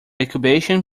incubation